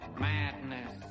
madness